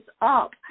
up